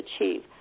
achieve